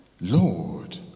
Lord